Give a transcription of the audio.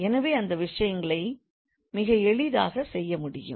எனவே அந்த விஷயங்களை மிக எளிதாக செய்ய முடியும்